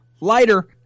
lighter